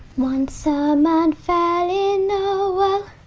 once a man fell in a well